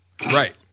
right